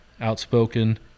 outspoken